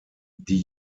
die